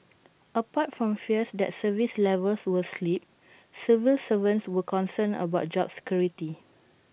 apart from fears that service levels would slip civil servants were concerned about job security